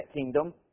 kingdom